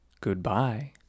Goodbye